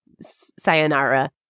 Sayonara